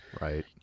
Right